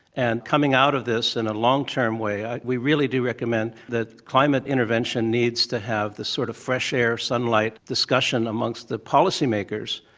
and coming out of this in a long-term way ah we really do recommend that climate intervention needs to have the sort of fresh air, sunlight discussion amongst the policymakers.